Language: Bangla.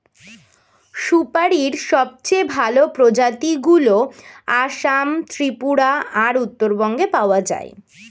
সুপারীর সবচেয়ে ভালো প্রজাতিগুলো আসাম, ত্রিপুরা আর উত্তরবঙ্গে পাওয়া যায়